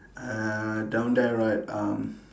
uh down there right uh